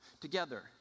together